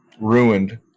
ruined